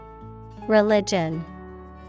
Religion